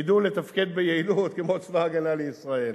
ידעו לתפקד ביעילות כמו צבא-הגנה לישראל.